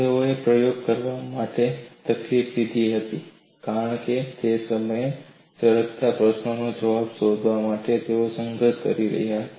તેઓએ પ્રયોગ કરવા માટે તકલીફ લીધી છે કારણ કે તે સમયે સળગતા પ્રશ્નોના જવાબ શોધવા માટે તેઓ સંઘર્ષ કરી રહ્યા હતા